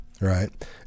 Right